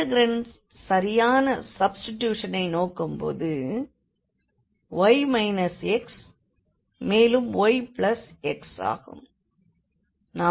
இண்டெக்ரண்டுக்குச் சரியான சப்ஸ்டிடியூஷனை நோக்கும் போது y xமேலும் y x ஆகும்